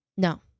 No